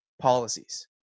policies